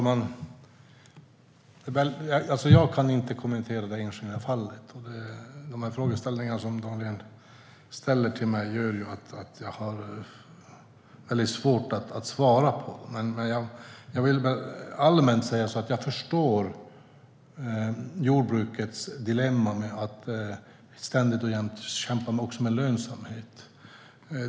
Herr talman! Jag kan inte kommentera det enskilda fallet. De frågor som Daniel Bäckström ställer till mig gör att jag har mycket svårt att svara. Allmänt vill jag säga att jag förstår jordbrukets dilemma att ständigt och jämt kämpa med lönsamheten.